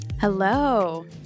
Hello